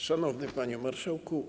Szanowny Panie Marszałku!